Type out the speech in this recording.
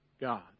God